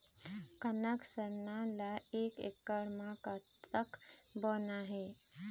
कनक सरना ला एक एकड़ म कतक बोना हे?